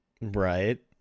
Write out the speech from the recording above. Right